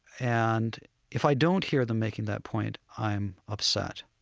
and if i don't hear them making that point, i am upset.